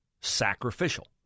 sacrificial